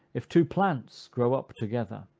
if two plants grow up together,